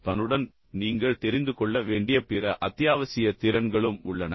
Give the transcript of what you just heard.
இதனுடன் நீங்கள் தெரிந்து கொள்ள வேண்டிய பிற அத்தியாவசிய திறன்களும் உள்ளன